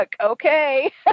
okay